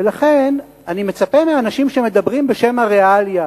ולכן אני מצפה מאנשים שמדברים בשם הריאליה,